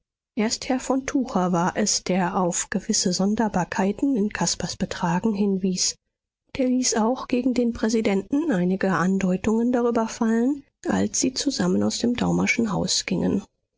erst herr von tucher war es der auf gewisse sonderbarkeiten in caspars betragen hinwies und er ließ auch gegen den präsidenten einige andeutungen darüber fallen als sie zusammen aus dem daumerschen haus gingen